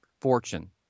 Fortune